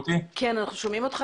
בוקר טוב.